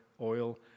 oil